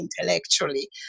intellectually